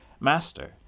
Master